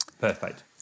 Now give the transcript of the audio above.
perfect